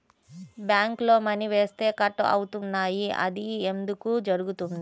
బ్యాంక్లో మని వేస్తే కట్ అవుతున్నాయి అది ఎందుకు జరుగుతోంది?